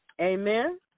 Amen